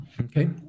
Okay